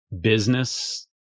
business